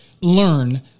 learn